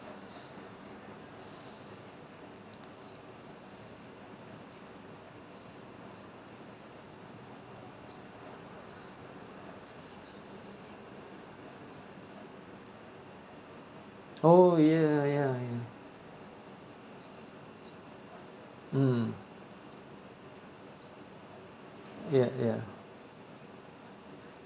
oh ya ya ya mm ya ya